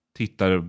tittar